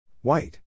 White